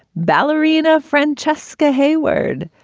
ballerina francesca hayward.